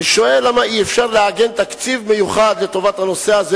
אני שואל: למה אי-אפשר לעגן תקציב מיוחד לטובת הנושא הזה,